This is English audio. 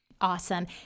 Awesome